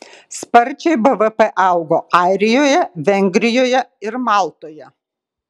sparčiai bvp augo airijoje vengrijoje ir maltoje